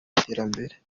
y’iterambere